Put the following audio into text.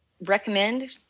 recommend